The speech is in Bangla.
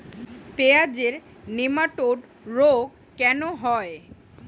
পেঁয়াজের নেমাটোড রোগ কেন হয়?